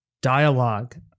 dialogue